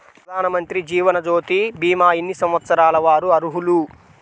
ప్రధానమంత్రి జీవనజ్యోతి భీమా ఎన్ని సంవత్సరాల వారు అర్హులు?